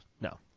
no